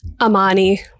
Amani